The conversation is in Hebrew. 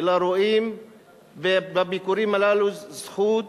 אלא רואים בביקורים הללו זכות